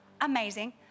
Amazing